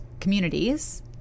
communities